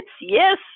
yes